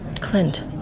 Clint